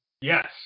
Yes